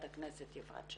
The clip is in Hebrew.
בבקשה.